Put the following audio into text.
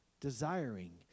desiring